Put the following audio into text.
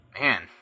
Man